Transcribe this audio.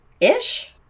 Ish